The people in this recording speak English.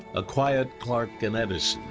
a quiet clark and addison,